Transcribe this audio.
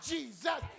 Jesus